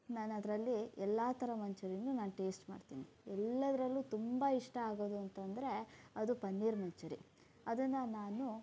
ನಾನದರಲ್ಲಿ ಎಲ್ಲ ಥರ ಮಂಚೂರಿಯನ್ನೂ ನಾನು ಟೇಸ್ಟ್ ಮಾಡ್ತೀನಿ ಎಲ್ಲದರಲ್ಲೂ ತುಂಬ ಇಷ್ಟ ಆಗೋದು ಅಂತಂದರೆ ಅದು ಪನ್ನೀರ್ ಮಂಚೂರಿ ಅದನ್ನು ನಾನು